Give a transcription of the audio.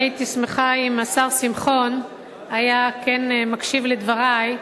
אני הייתי שמחה אם השר שמחון היה כן מקשיב לדברי.